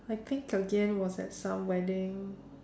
I think again was at some wedding